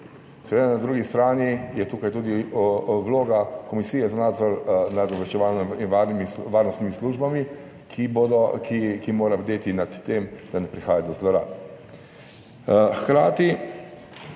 Seveda na drugi strani je tukaj tudi vloga Komisije za nadzor nad obveščevalnimi in varnostnimi službami, ki mora bdeti nad tem, da ne prihaja do zlorab. Če